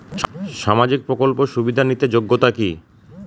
সামাজিক প্রকল্প সুবিধা নিতে যোগ্যতা কি?